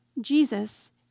Jesus